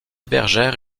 bergère